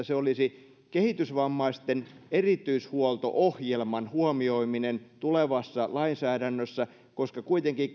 se on kehitysvammaisten erityishuolto ohjelman huomioiminen tulevassa lainsäädännössä kehitysvammaisuuteen kuitenkin